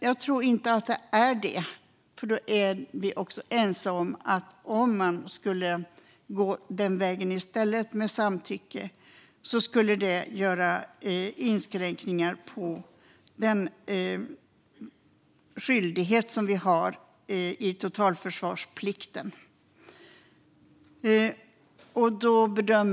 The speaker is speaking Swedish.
Jag tror inte att det är det, för vi är också ense om att om man skulle gå den vägen skulle det göra inskränkningar i den skyldighet som vi har i totalförsvarsplikten.